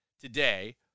today